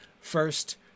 First